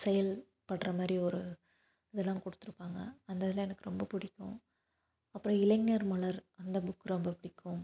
செயல்படுற மாதிரி ஒரு இதெல்லாம் கொடுத்துருப்பாங்க அந்த இதெலாம் எனக்கு ரொம்ப பிடிக்கும் அப்புறம் இளைஞர் மலர் அந்த புக் ரொம்ப பிடிக்கும்